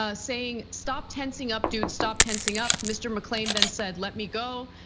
ah saying stop tensing up, dude, stop tensing up. mr. mcclain then said let me go,